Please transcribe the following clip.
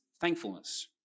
thankfulness